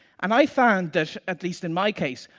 and i've found that, at least in my case,